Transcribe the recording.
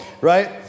right